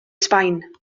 sbaen